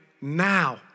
now